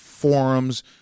forums